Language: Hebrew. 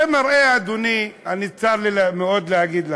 זה מראה, אדוני, צר לי מאוד להגיד לך,